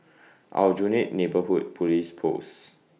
Aljunied Neighbourhood Police Post